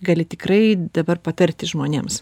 gali tikrai dabar patarti žmonėms